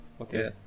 Okay